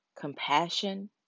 compassion